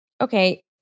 okay